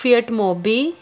fiat ਮੋਬੀ